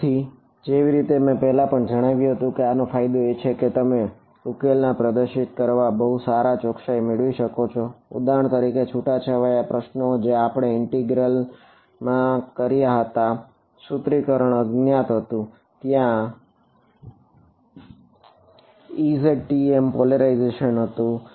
તેથી જેવી રીતે મેં પહેલા પણ જણાવ્યું હતું કે આનો ફાયદો એ છે કે તમે ઉકેલ ને પ્રદર્શિત કરવામાં બહુ સારી ચોકસાઈ મેળવી શકો છો ઉદાહરણ તરીકે છુટા છવાયા પ્રશ્નો જે આપણે ઈન્ટિગ્રલ માં કર્યા હતા જ્યાં સૂત્રીકરણ અજ્ઞાત હતું ત્યાં Ez TM પોલરાઇઝેશન હતું